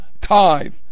tithe